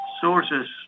sources